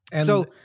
So-